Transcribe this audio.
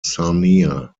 sarnia